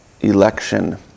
election